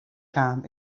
kaam